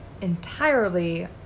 entirely